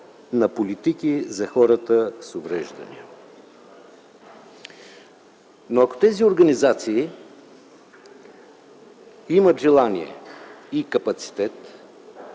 на политики за хората с увреждания. Но ако тези организации имат желание и капацитет,